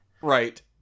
Right